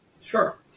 Sure